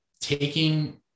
taking